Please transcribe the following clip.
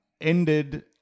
ended